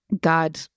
God